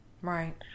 right